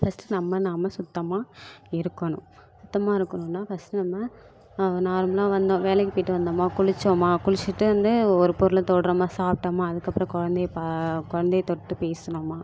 first நம்ம நாம் சுத்தமாக இருக்கணும் சுத்தமாக இருக்கணும்னா ஃபஸ்ட்டு நம்ம நார்மலாக வந்து வேலைக்கு போய்ட்டு வந்தோமா குளித்தோமா குளிச்சுட்டு வந்து ஒரு பொருளை தொட்றோமா சாப்ட்டோமா அதுக்கப்புறம் குழந்தைய குழந்தைய தொட்டு பேசுனோமா